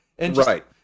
Right